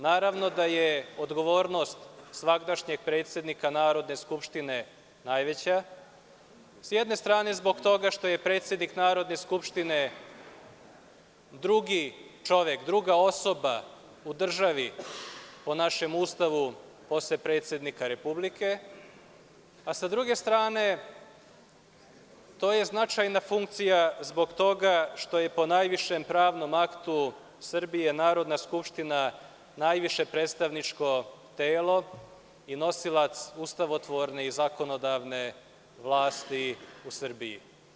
Naravno da je odgovornost svagdašnjeg predsednika Narodne skupštine najveća, sa jedne strane, zbog toga što je predsednik Narodne skupštine drugi čovek, druga osoba u državi po našem Ustavu posle predsednika Republike, a sa druge strane, to je značajna funkcija zbog toga što je, po najvišem pravnom aktu Srbije, Narodna skupština najviše predstavničko telo i nosilac ustavotvorne i zakonodavne vlasti u Srbiji.